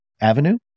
avenue